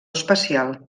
espacial